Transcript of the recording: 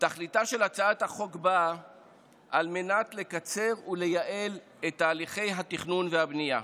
תכליתה של הצעת החוק היא לקצר ולייעל את תהליכי התכנון והבנייה.